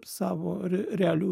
savo re realių